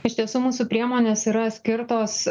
iš tiesų mūsų priemonės yra skirtos